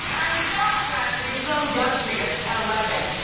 i'm so impressed that you're so industrious at eleven.